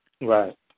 right